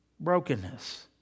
Brokenness